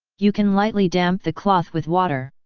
you can lightly damp the cloth with water.